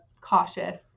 cautious